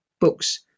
books